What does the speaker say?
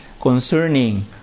concerning